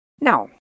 Now